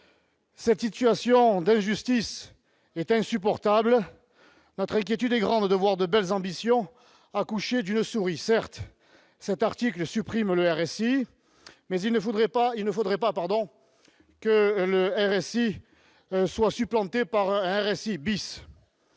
Cette situation d'injustice est insupportable. Notre inquiétude est grande de voir de belles ambitions accoucher d'une souris. Certes, cet article supprime le RSI, mais il ne faudrait pas que celui-ci soit supplanté par un RSI.